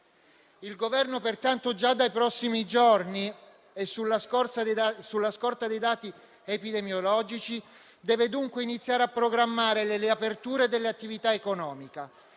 Il Governo, pertanto, già dai prossimi giorni e sulla scorta dei dati epidemiologici deve iniziare a programmare le riaperture delle attività economiche.